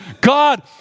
God